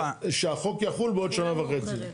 שהחוק יחול בעוד שנה וחצי.